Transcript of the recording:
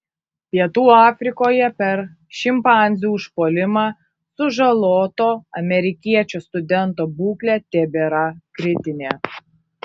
pietų afrikoje per šimpanzių užpuolimą sužaloto amerikiečio studento būklė tebėra kritinė